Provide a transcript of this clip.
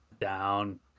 Down